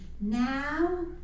now